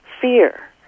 fear